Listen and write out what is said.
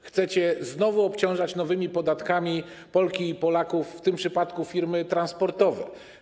Chcecie znowu obciążać nowymi podatkami Polki i Polaków, w tym przypadku firmy transportowe.